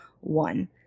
one